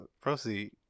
proceed